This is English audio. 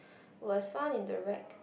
was found in the rack